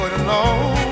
alone